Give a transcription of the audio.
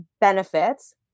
benefits